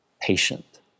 patient